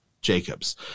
Jacob's